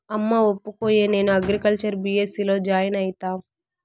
అమ్మా ఒప్పుకోయే, నేను అగ్రికల్చర్ బీ.ఎస్.సీ లో జాయిన్ అయితా